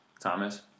Thomas